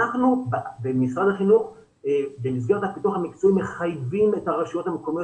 אנחנו במשרד החינוך במסגרת הפיתוח המקצועי מחייבים את הרשויות המקומיות